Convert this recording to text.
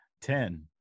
Ten